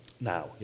Now